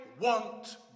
want